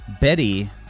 Betty